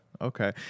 Okay